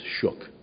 shook